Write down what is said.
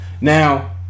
Now